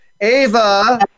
Ava